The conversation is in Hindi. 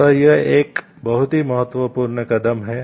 तो यह एक बहुत ही महत्वपूर्ण कदम है